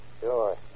Sure